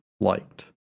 liked